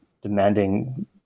demanding